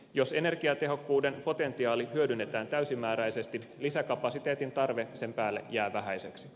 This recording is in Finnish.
jos energiatehokkuuden potentiaali hyödynnetään täysimääräisesti lisäkapasiteetin tarve sen päälle jää vähäiseksi